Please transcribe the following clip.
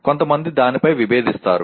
కొంతమంది దానిపై విభేదిస్తారు